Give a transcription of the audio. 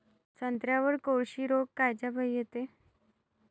संत्र्यावर कोळशी रोग कायच्यापाई येते?